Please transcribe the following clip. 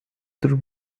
through